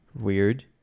Weird